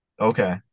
Okay